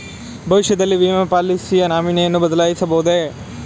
ಭವಿಷ್ಯದಲ್ಲಿ ವಿಮೆ ಪಾಲಿಸಿಯ ನಾಮಿನಿಯನ್ನು ಬದಲಾಯಿಸಬಹುದೇ?